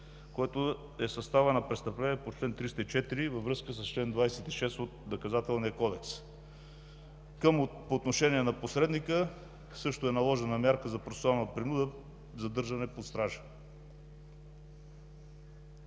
което е в състава на престъпление по чл. 304 във връзка с чл. 26 от Наказателния кодекс. По отношение на посредника също е наложена мярка за процесуална принуда задържане под стража.